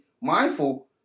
mindful